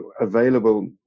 available